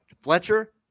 Fletcher